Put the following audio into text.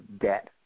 debt